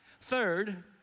Third